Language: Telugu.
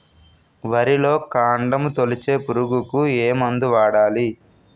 వరిలో కాండము తొలిచే పురుగుకు ఏ మందు వాడాలి?